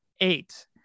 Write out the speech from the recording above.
eight